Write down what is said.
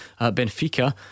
Benfica